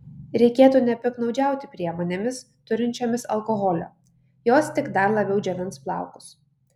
reikėtų nepiktnaudžiauti priemonėmis turinčiomis alkoholio jos tik dar labiau džiovins plaukus